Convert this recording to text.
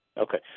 Okay